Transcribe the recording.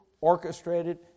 orchestrated